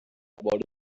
about